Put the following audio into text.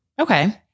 okay